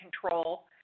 control